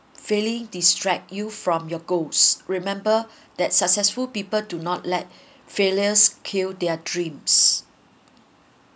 failing distract you from your goals remember that successful people do not let failures kill their dreams